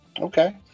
Okay